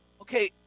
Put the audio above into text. Okay